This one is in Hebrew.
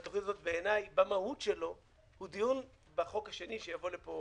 הדיון בתוכנית הזו בעיניי במהות שלו הוא דיון בחוק השני שיבוא לפה